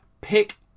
Pick